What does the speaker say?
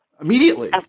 immediately